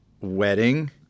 wedding